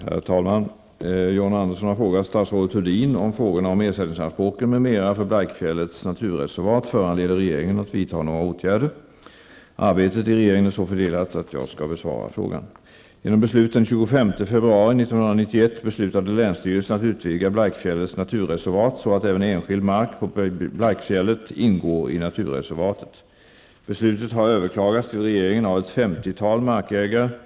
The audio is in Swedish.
Herr talman! John Andersson har frågat statsrådet Thurdin om frågorna om ersättningsanspråken m.m. för Blaikfjällets naturreservat föranleder regeringen att vidta några åtgärder. Arbetet i regeringen är så fördelat att jag skall besvara frågan. Genom beslut den 25 februari 1991 beslutade länsstyrelsen att utvidga Blaikfjällets naturreservat så att även enskild mark på Blaikfjället ingår i naturreservatet. Beslutet har överklagats till regeringen av ett 50-tal markägare.